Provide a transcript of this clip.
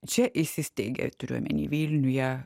čia įsisteigė turiu omeny vilniuje